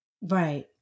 Right